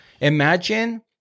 Imagine